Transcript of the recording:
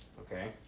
okay